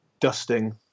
dusting